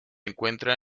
encuentra